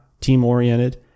team-oriented